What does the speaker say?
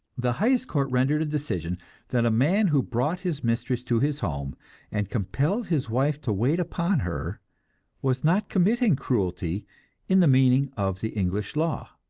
the highest court rendered a decision that a man who brought his mistress to his home and compelled his wife to wait upon her was not committing cruelty in the meaning of the english law.